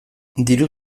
diru